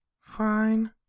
Fine